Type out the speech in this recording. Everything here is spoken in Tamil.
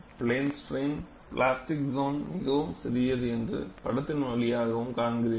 பிளேன் ஸ்ட்ரைன் பிளாஸ்டிக் சோன் மிகவும் சிறியது என்று படத்தின் வழியாகவும் காண்கிறீர்கள்